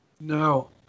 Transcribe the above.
No